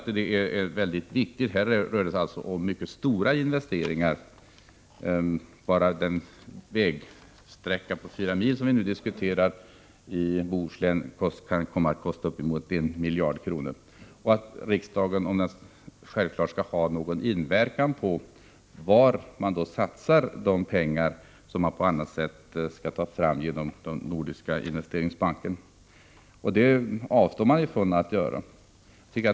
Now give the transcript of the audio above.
Men här rör det sig om mycket stora investeringar — bara den vägsträcka på 4 mil i Bohuslän som vi nu debatterar kan komma att kosta uppemot 1 miljard kronor — och riksdagen borde självfallet utöva inverkan på var man satsar de pengar som skall tas fram genom den nordiska investeringsbanken, men det avstår den från att göra.